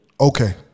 Okay